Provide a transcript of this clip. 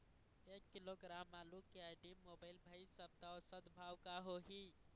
एक किलोग्राम आलू के आईडी, मोबाइल, भाई सप्ता औसत भाव का होही?